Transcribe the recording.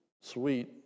sweet